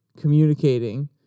communicating